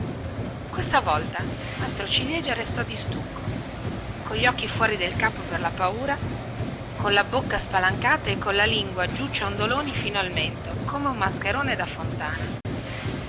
questa volta maestro ciliegia restò di stucco cogli occhi fuori del capo per la paura colla bocca spalancata e colla lingua giù ciondoloni fino al mento come un mascherone da fontana